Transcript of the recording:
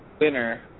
winner